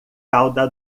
calda